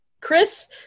chris